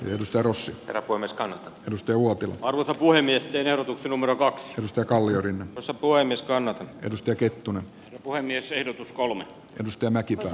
ylistarossa puolestaan edusti uutta korkopuhemiestä ja numero kaksi risto kalliorinne osapuolen niskanen edusti ketun puhemiesehdokas kolme ristiä mäkipää